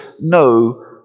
no